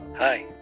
Hi